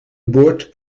bord